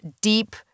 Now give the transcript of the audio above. deep